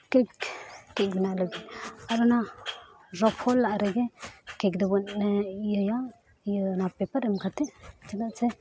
ᱵᱮᱱᱟᱣ ᱞᱟᱹᱜᱤᱫ ᱟᱨ ᱚᱱᱟ ᱨᱚᱯᱷᱚᱞᱟᱜ ᱨᱮᱜᱮ ᱫᱚᱵᱚᱱ ᱤᱭᱟᱹᱭᱟ ᱤᱭᱟᱹ ᱚᱱᱟ ᱮᱢ ᱠᱟᱛᱮᱫ ᱪᱮᱫᱟᱜ ᱥᱮ